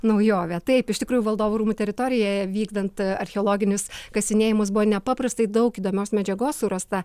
naujovę taip iš tikrųjų valdovų rūmų teritorijoje vykdant archeologinius kasinėjimus buvo nepaprastai daug įdomios medžiagos surasta